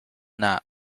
not